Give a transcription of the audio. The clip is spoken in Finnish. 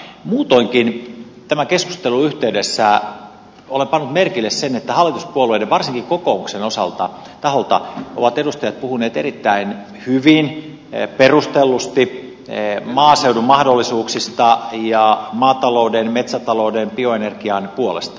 muutoinkin tämän keskustelun yhteydessä olen pannut merkille sen että hallituspuolueiden varsinkin kokoomuksen taholta ovat edustajat puhuneet erittäin hyvin perustellusti maaseudun mahdollisuuksista ja maatalouden metsätalouden bioenergian puolesta